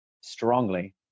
strongly